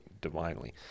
Divinely